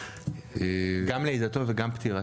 גם לידתו וגם פטירתו?